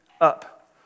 up